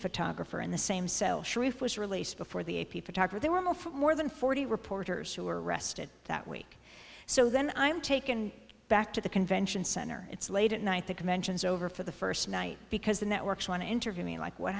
photographer in the same cell sharif was released before the a p photographer there were more than forty reporters who were arrested that week so then i am taken back to the convention center it's late at night the convention is over for the first night because the networks want to interview me like what